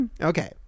Okay